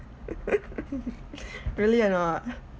really or not